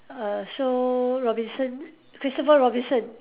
err so Robinson Christopher Robinson